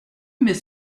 mais